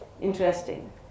interesting